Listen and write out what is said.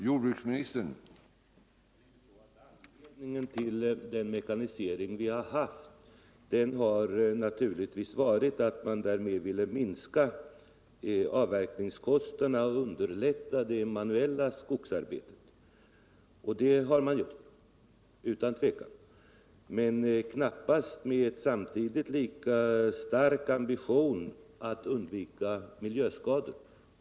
Herr talman! Anledningen till mekaniseringen inom skogsbruket har naturligtvis varit att man därmed velat minska avverkningskostnaderna och underlätta det manuella skogsarbetet. Det har man utan tvivel lyckats med men samtidigt knappast med att med lika stark ambition undvika miljöskador.